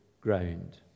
ground